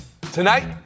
Tonight